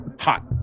hot